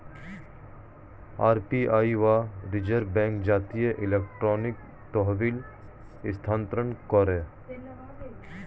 RBI বা reserve bank জাতীয় electronic তহবিল স্থানান্তর করে